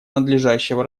надлежащего